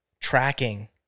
tracking